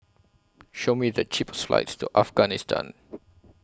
Show Me The cheapest flights to Afghanistan